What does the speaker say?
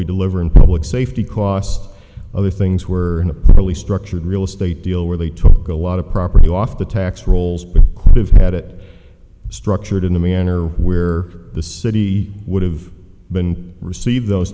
we deliver and public safety cost other things were really structured real estate deal where they took a lot of property off the tax rolls but they've had it structured in a manner where the city would have been received those